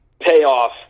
payoff